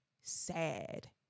sad